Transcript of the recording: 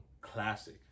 Classic